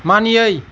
मानियै